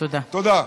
תודה.